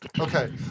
Okay